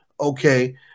okay